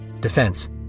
Defense